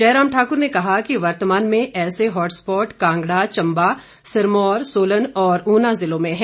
जयराम ठाकुर ने कहा कि वर्तमान में ऐसे हॉटस्पॉट कांगड़ा चंबा सिरमौर सोलन और ऊना जिलों में हैं